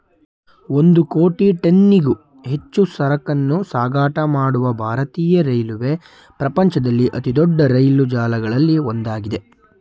ಒಂದು ಕೋಟಿ ಟನ್ನಿಗೂ ಹೆಚ್ಚು ಸರಕನ್ನೂ ಸಾಗಾಟ ಮಾಡುವ ಭಾರತೀಯ ರೈಲ್ವೆಯು ಪ್ರಪಂಚದಲ್ಲಿ ಅತಿದೊಡ್ಡ ರೈಲು ಜಾಲಗಳಲ್ಲಿ ಒಂದಾಗಿದೆ